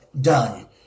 done